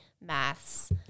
maths